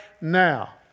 now